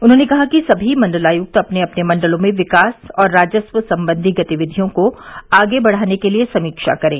उन्होंने कहा कि सभी मण्डलायुक्त अपने अपने मण्डलों में विकास व राजस्व सम्बन्धी गतिविधियों को आगे बढ़ाने के लिए समीक्षा करें